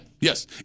yes